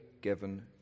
given